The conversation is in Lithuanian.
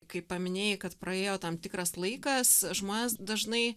kai paminėjai kad praėjo tam tikras laikas žmonės dažnai